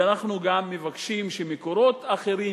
ואנחנו גם מבקשים שמקורות אחרים,